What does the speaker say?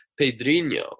Pedrinho